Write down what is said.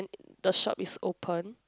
the shop is open